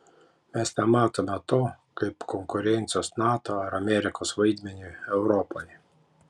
mes nematome to kaip konkurencijos nato ar amerikos vaidmeniui europoje